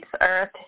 earth